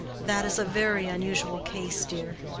that is a very unusual case, dear.